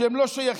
שהם לא שייכים